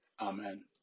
Amen